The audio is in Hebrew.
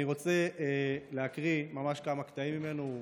אני רוצה להקריא ממש כמה קטעים ממנו.